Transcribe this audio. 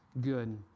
Good